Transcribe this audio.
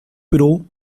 pro